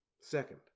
Second